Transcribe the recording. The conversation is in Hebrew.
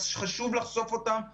חשוב לחשוף אותם לציבור.